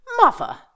mother